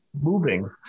moving